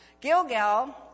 Gilgal